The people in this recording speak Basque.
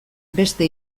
beste